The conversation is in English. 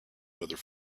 weather